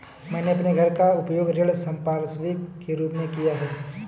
मैंने अपने घर का उपयोग ऋण संपार्श्विक के रूप में किया है